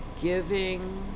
giving